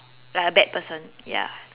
like a bad person ya